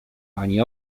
ani